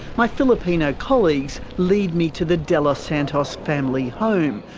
my filipino colleagues lead me to the delos santos family home,